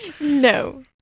No